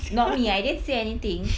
not me I didn't say anything